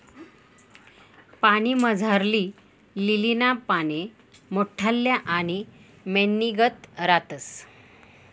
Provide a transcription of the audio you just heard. पाणीमझारली लीलीना पाने मोठल्ला आणि मेणनीगत रातस